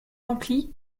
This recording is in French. remplie